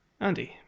Andy